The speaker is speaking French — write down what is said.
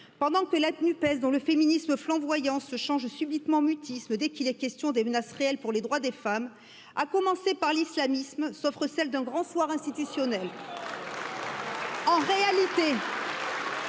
pendant que l'ethnie pèse dans un. le féminisme flamboyant se change subitement en mutisme dès qu'il est question des menaces réelles pour les droits des femmes, à commencer par l'islamisme, sauf celle d'un grand foire institutionnel. En réalité,